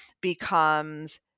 becomes